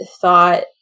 thought